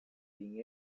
being